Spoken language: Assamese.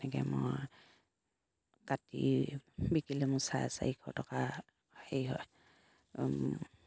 এনেকে মই কাটি বিকিলে মোৰ চাৰে চাৰিশ টকা হেৰি হয়